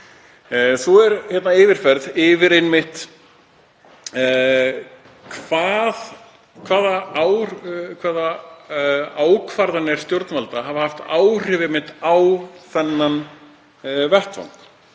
Svo er hér yfirferð yfir hvaða ákvarðanir stjórnvalda hafi haft áhrif á þennan vettvang,